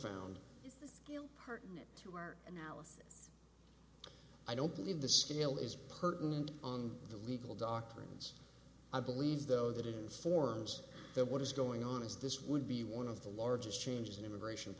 found pertinent to our analysis i don't believe the scale is pertinent on the legal doctrines i believe though that informs that what is going on is this would be one of the largest changes in immigration